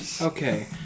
Okay